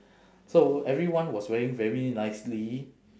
so everyone was wearing very nicely